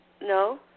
No